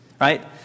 right